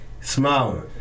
smiling